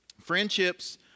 friendships